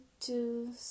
two